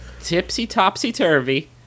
tipsy-topsy-turvy